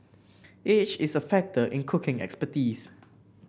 age is a factor in cooking expertise